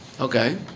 Okay